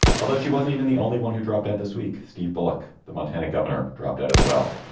although she wasn't even the only one who dropped out this week. steve bullock, the montana governor, dropped out as well,